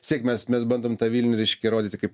vis tiek mes mes bandom tą vilnių reiškia rodyti kaip